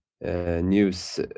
news